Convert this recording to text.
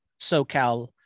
SoCal